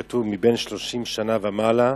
כתוב: מבן שלושים שנה ומעלה,